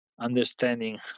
understanding